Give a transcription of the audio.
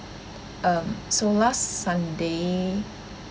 um so last sunday